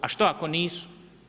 A što ako nisu?